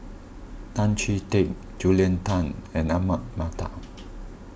Tan Chee Teck Julia Tan and Ahmad Mattar